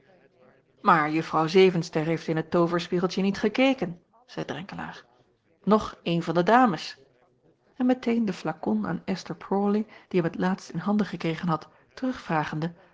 aar uffrouw evenster heeft in het tooverspiegeltje niet gekeken zeî renkelaer noch eene van de dames en meteen den flakon aan sther rawley die hem t laatst in handen gekregen had